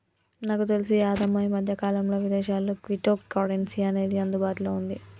నాకు తెలిసి యాదమ్మ ఈ మధ్యకాలంలో విదేశాల్లో క్విటో కరెన్సీ అనేది అందుబాటులో ఉంది